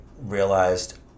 realized